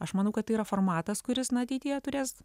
aš manau kad tai yra formatas kuris na ateityje turės